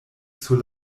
sur